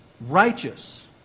righteous